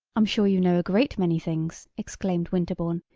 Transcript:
i'm sure you know a great many things, exclaimed winterbourne,